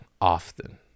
often